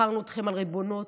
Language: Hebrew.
בחרנו אתכם על ריבונות,